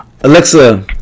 Alexa